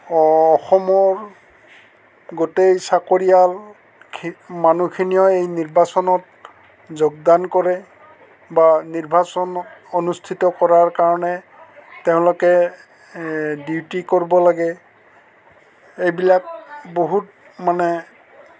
অসমৰ গোটেই চাকৰিয়াল খি মানুহখিনিয়ে এই নিৰ্বাচনত যোগদান কৰে বা নিৰ্বাচনত অনুষ্ঠিত কৰাৰ কাৰণে তেওঁলোকে ডিউটি কৰিব লাগে এইবিলাক বহুত মানে